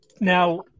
Now